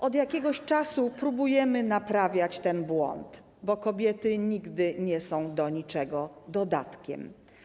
Od jakiegoś czasu próbujemy naprawiać ten błąd, bo kobiety nigdy nie są do niczego dodatkiem.